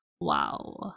wow